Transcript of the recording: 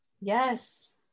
Yes